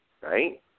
Right